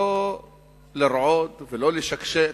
לא לרעוד ולא לשקשק.